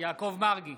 יעקב מרגי,